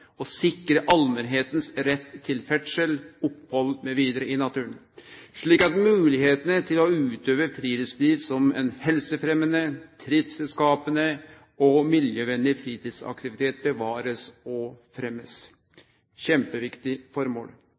og sikre allmennhetens rett til ferdsel, opphold m.v. i naturen, slik at muligheten til å utøve friluftsliv som en helsefremmende, trivselsskapende og miljøvennlig fritidsaktivitet bevares og fremmes.» Det er eit kjempeviktig formål.